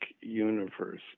universe